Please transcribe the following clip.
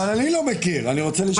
אני לא מכיר, אני רוצה לשמוע.